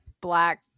black